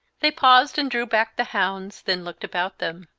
they paused and drew back the hounds, then looked about them.